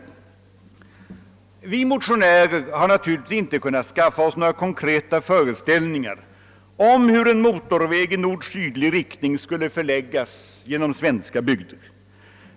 Vi motionärer har naturligtvis inte kunnat skaffa oss några konkreta föreställningar om hur en motorväg i nordsydlig riktning skulle förläggas genom svenska bygder.